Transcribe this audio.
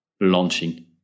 launching